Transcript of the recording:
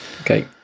Okay